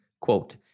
quote